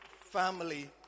family